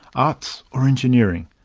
arts or engineering.